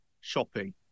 shopping